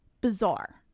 bizarre